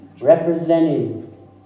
representing